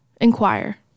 inquire